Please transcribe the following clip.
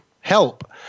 help